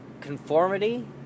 Conformity